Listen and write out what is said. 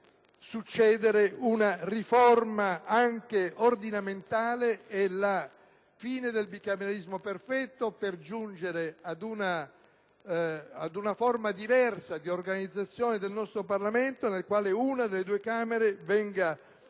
succedere una riforma anche ordinamentale e la fine del bicameralismo perfetto per giungere ad una forma diversa di organizzazione del nostro Parlamento, nel quale una delle due Camere venga ad assumere